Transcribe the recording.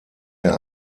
der